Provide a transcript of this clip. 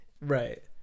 Right